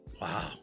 wow